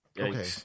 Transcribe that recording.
Okay